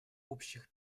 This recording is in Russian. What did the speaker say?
общих